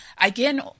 again